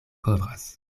kovras